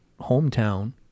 hometown